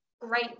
great